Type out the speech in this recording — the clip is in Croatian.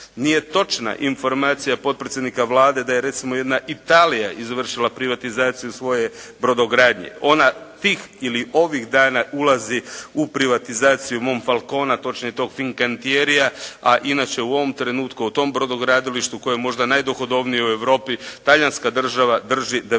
Nije točna informacija potpredsjednika Vlade da je recimo jedna Italija izvršila privatizaciju svoje brodogradnje. Ona tih ili ovih dana ulazi u privatizaciju Montfalcona točnije tog «Fincantieria» a inače u ovom trenutku o tom brodogradilištu koje je možda najdohodovnije u Europi Talijanska država drži 98% znači